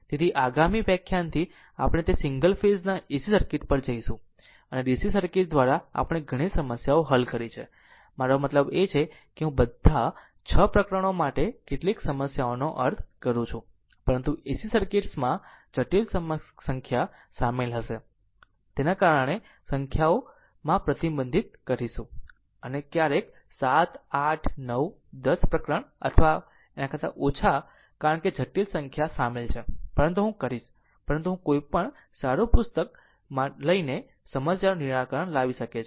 તેથી આગામી વ્યાખ્યાનથી આપણે તે સિંગલ ફેઝ ના AC સર્કિટ પર જઈશું અને DC સર્કિટ દ્વારા આપણે ઘણી સમસ્યાઓ હલ કરી છે મારો મતલબ છે કે હું બધા 6 પ્રકરણો માટે કેટલીક સમસ્યાઓનો અર્થ કરું છું પરંતુ AC સર્કિટ્સમાં જટિલ સંખ્યા શામેલ હશે અને તેના કારણે આપણે સંખ્યાનો સંખ્યા પ્રતિબંધિત કરીશું કદાચ દરેક દીઠ 7 8 9 10 પ્રકરણ અથવા ઓછા કારણ કે જટિલ સંખ્યા સામેલ છે પરંતુ હું કરીશ પરંતુ કોઈ પણ સારું પુસ્તક સમસ્યાઓનું નિરાકરણ લાવી શકે છે